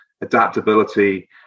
adaptability